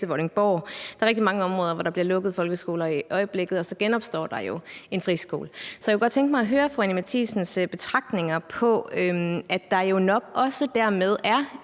rigtig mange områder, hvor folkeskoler bliver lukket i øjeblikket, og så genopstår de som friskoler. Så jeg kunne godt tænke mig at høre fru Anni Matthiesens betragtninger over, at der jo nok også dermed er